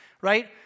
right